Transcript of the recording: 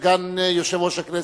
סגן יושב-ראש הכנסת,